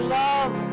love